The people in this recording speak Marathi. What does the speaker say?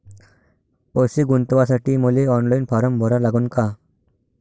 पैसे गुंतवासाठी मले ऑनलाईन फारम भरा लागन का?